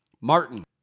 Martin